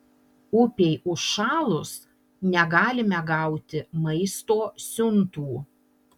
upei užšalus negalime gauti maisto siuntų